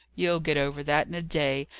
you'll get over that in a day,